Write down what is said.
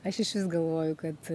aš išvis galvoju kad